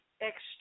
Extra